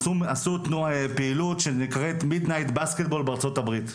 עשו פעילות שנקראת: Midnight basketball בארצות הברית,